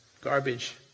Garbage